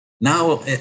Now